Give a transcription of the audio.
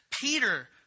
Peter